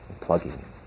Plugging